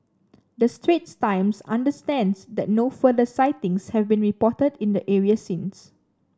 the Straits Times understands that no further sightings have been reported in the areas since